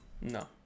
No